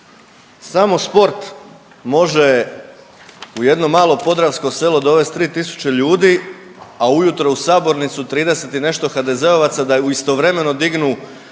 Samo sport može u jedno malo podravsko selo dovest 3.000 ljudi, a ujutro u sabornicu 30 i nešto HDZ-ovaca da istovremeno dignu